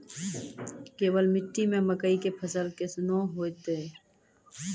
केवाल मिट्टी मे मकई के फ़सल कैसनौ होईतै?